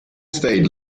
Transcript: state